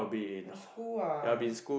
in school ah